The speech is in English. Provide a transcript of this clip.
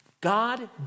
God